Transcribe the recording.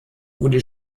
wurde